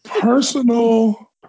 personal